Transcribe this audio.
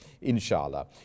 inshallah